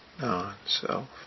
non-self